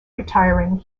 retiring